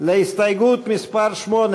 שי פירון,